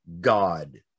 God